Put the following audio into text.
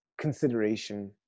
consideration